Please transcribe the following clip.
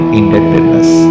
indebtedness